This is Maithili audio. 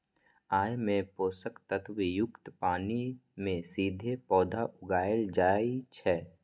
अय मे पोषक तत्व युक्त पानि मे सीधे पौधा उगाएल जाइ छै